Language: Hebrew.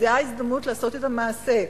זאת ההזדמנות לעשות את המעשה.